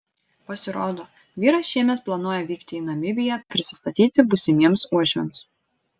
pasirodo vyras šiemet planuoja vykti į namibiją prisistatyti būsimiems uošviams